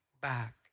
back